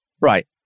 right